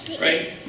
right